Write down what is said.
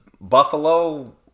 Buffalo